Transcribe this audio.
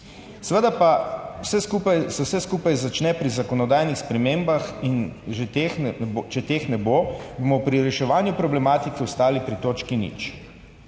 Seveda pa se vse skupaj začne pri zakonodajnih spremembah in če teh ne bo, bomo pri reševanju problematike ostali pri točki nič.